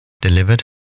delivered